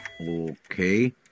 Okay